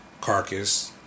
carcass